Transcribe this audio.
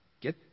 Get